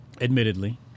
Admittedly